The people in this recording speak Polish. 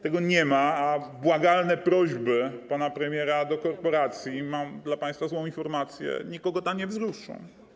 Tego nie ma, a błagalne prośby pana premiera do korporacji - mam dla państwa złą informację - nikogo tam nie wzruszą.